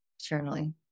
Journaling